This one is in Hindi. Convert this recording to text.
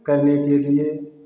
करने के लिए